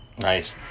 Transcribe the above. nice